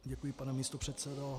Děkuji, pane místopředsedo.